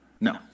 No